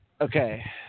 Okay